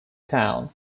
town